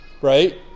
right